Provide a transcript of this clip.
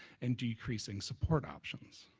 and decreasing support options.